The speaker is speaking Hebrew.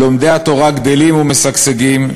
לומדי התורה גדלים ומשגשגים,